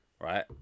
right